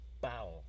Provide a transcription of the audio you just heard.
Bow